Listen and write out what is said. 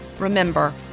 Remember